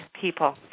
people